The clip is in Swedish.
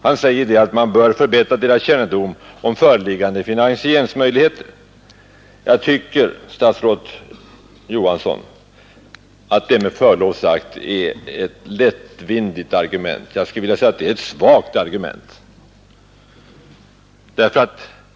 Han säger att man bör förbättra deras kännedom om föreliggande finansieringsmöjligheter. Jag tycker, statsrådet Johansson, att det med förlov sagt är ett lättvindigt argument, ja, jag skulle vilja säga ett svagt argument.